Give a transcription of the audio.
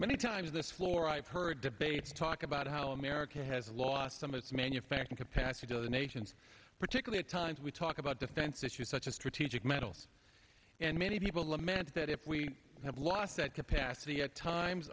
many times this floor i've heard debates talk about how america has lost some of its manufacturing capacity other nations particularly times we talk about defense issues such as strategic metals and many people lament that if we have lost that capacity at times